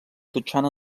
totxana